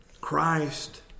Christ